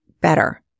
better